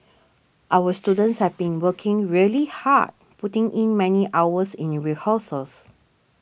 our students have been working really hard putting in many hours in your rehearsals